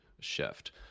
shift